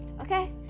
okay